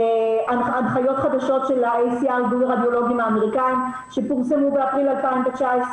הנחיות חדשות של ארגון הרדיולוגים האמריקאים שפורסמו באפריל 2019,